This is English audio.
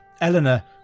Eleanor